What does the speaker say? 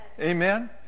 Amen